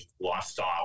lifestyle